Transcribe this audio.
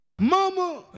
Mama